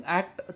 act